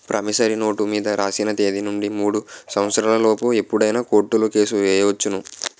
promissory note మీద రాసిన తేదీ నుండి మూడు సంవత్సరాల లోపు ఎప్పుడైనా కోర్టులో కేసు ఎయ్యొచ్చును